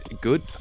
Good